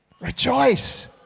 Rejoice